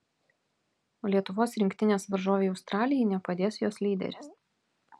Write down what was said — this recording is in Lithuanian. lietuvos rinktinės varžovei australijai nepadės jos lyderis